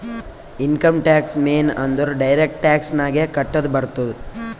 income tax ಮೇನ್ ಅಂದುರ್ direct tax ನಾಗೆ ಕಟ್ಟದ್ ಬರ್ತುದ್